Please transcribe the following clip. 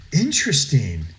Interesting